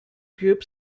group